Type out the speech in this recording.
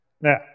Now